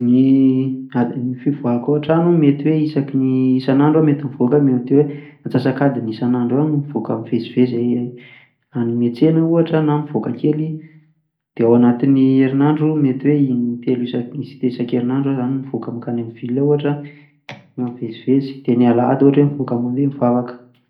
Ny adi- fivoahako ao an-trano mety hoe isaky ny isan'andro aho mety mivoaka mety hoe antsasak'adiny isan'andro eo no mivoaka mivezivezy any miantsena na mivoaka kely, de ao anatin'ny herinandro mety hoe intelo isan- is- isan-kerinandro aho zany mivoaka mankany am'ville ohatra mivezivezy de ny alahady ohatra hoe mivoaka mandeha mivavaka.